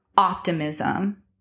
Optimism